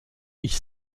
ich